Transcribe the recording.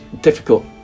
difficult